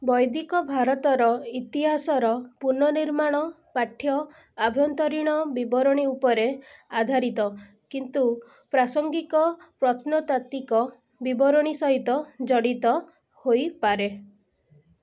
ବୈଦିକ ଭାରତର ଇତିହାସର ପୁନଃନିର୍ମାଣ ପାଠ୍ୟ ଆଭ୍ୟନ୍ତରୀଣ ବିବରଣୀ ଉପରେ ଆଧାରିତ କିନ୍ତୁ ପ୍ରାସଙ୍ଗିକ ପ୍ରତ୍ନତାତ୍ତ୍ୱିକ ବିବରଣୀ ସହିତ ଜଡ଼ିତ ହୋଇପାରେ